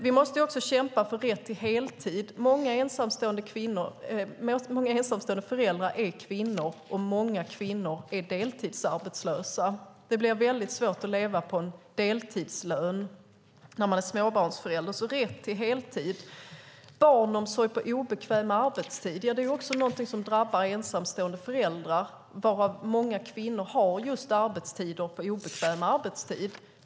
Vi måste också kämpa för rätt till heltid. Många ensamstående föräldrar är kvinnor, och många kvinnor är deltidsarbetslösa. Det blir väldigt svårt att leva på en deltidslön när man är småbarnsförälder. Rätt till heltid är alltså viktigt. Bristen på barnomsorg på obekväm arbetstid är också någonting som drabbar ensamstående föräldrar, varav många kvinnor just jobbar på obekväm arbetstid.